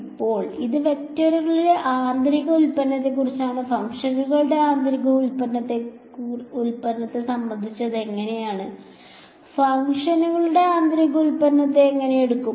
ഇപ്പോൾ ഇത് വെക്റ്ററുകളുടെ ആന്തരിക ഉൽപ്പന്നത്തെക്കുറിച്ചാണ് ഫംഗ്ഷനുകളുടെ ആന്തരിക ഉൽപ്പന്നത്തെ സംബന്ധിച്ചെങ്ങനെ ഫംഗ്ഷനുകളുടെ ആന്തരിക ഉൽപ്പന്നങ്ങളെ എങ്ങനെ എടുക്കും